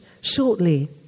shortly